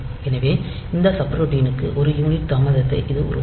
எனவே அந்த சப்ரூட்டினுக்கு ஒரு யூனிட் தாமதத்தை இது உருவாக்கும்